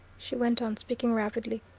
she went on, speaking rapidly,